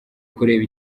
kureba